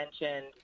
mentioned